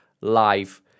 live